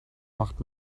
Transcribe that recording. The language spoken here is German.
macht